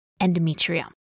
endometrium